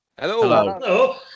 Hello